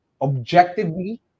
objectively